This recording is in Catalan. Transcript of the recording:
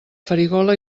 farigola